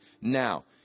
Now